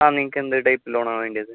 ആ നിങ്ങൾക്ക് എന്ത് ടൈപ്പ് ലോൺ ആണ് വേണ്ടത്